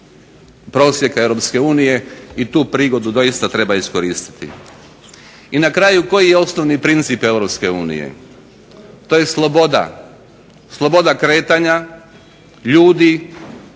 unije i tu prigodu doista treba iskoristiti. I na kraju koji je osnovni princip Europske unije. To je sloboda, sloboda kretanja ljudi,